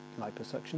liposuction